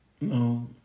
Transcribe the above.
No